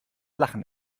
lachen